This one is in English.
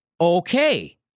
Okay